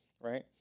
right